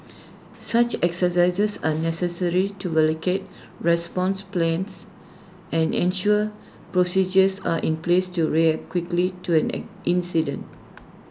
such exercises are necessary to validate response plans and ensure procedures are in place to react quickly to an an incident